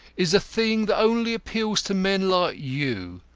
is a thing that only appeals to men like you.